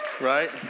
right